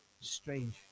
strange